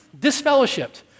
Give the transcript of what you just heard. disfellowshipped